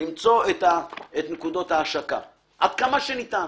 למצוא את נקודות ההשקה עד כמה שניתן,